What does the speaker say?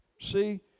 See